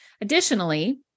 Additionally